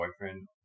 boyfriend